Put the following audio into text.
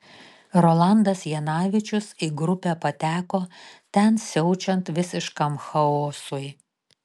rolandas janavičius į grupę pateko ten siaučiant visiškam chaosui